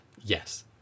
Yes